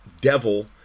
devil